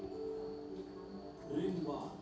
ಡೆ traders ಭಾಳಂದ್ರ ಒಂದ್ ಐದ್ರಿಂದ್ ಆರ್ತಾಸ್ ದುಡಿತಾರಂತ್